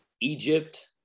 egypt